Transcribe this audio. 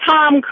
Tom